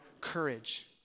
courage